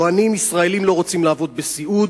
טוענים: ישראלים לא רוצים לעבוד בסיעוד.